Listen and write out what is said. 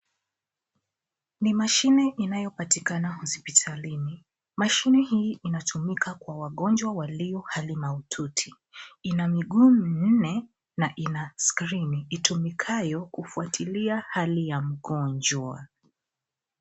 Ni mashine inayopatikana hospitalini. Mashine hii inatumika kwa wagonjwa walio hali mahututi. Ina miguu minne na ina skrini itumikayo kufuatilia hali ya mgonjwa.